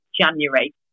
January